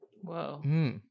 Whoa